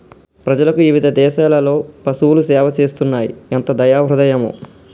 ప్రజలకు ఇవిధ దేసాలలో పసువులు సేవ చేస్తున్నాయి ఎంత దయా హృదయమో